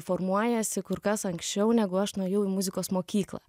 formuojasi kur kas anksčiau negu aš nuėjau į muzikos mokyklą